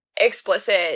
explicit